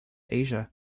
asia